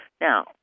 Now